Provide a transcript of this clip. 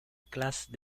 classe